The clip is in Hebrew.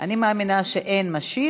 אני מאמינה שאין משיב,